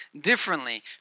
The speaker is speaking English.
differently